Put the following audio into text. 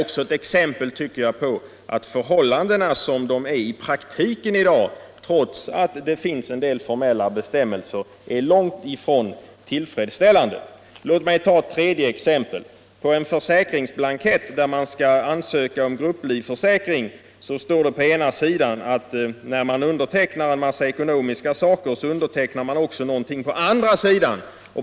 också 1 ett exempel på att förhållandena, trots att det finns en del formella bestämmelser, i praktiken är långt ifrån tillfredsställande. Låt mig ta ett tredje exempel. På en försäkringsblankett där man skall ansöka om grupplivförsäkring står det på ena sidan att när man lämnar uppgifter om en massa ekonomiska saker undertecknar man också någonting på andra sidan.